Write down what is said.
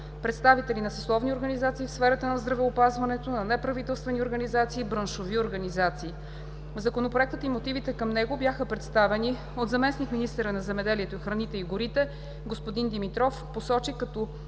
представители на съсловните организации в сферата на здравеопазването, на неправителствени организации и браншови организации. Законопроектът и мотивите към него бяха представени от заместник-министъра на земеделието, храните и горите. Господин Димитров посочи като